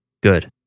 Good